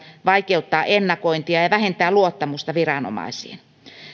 vaikeuttaa ennakointia ja vähentää luottamusta viranomaisiin